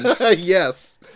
Yes